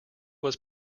was